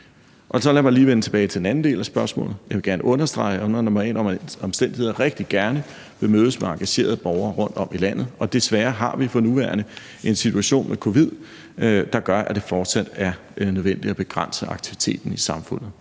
salen. Lad mig så lige vende tilbage til den første del af spørgsmålet. Jeg vil gerne understrege, at jeg under normale omstændigheder rigtig gerne vil mødes med engagerede borgere rundtom i landet, og desværre har vi for nuværende en situation med covid-19, der gør, at det fortsat er nødvendigt at begrænse aktiviteten i samfundet.